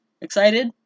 Excited